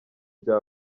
bya